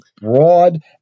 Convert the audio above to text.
broad